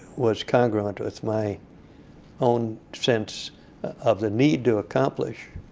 was congruent with my own sense of the need to accomplish,